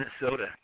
Minnesota